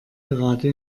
gerade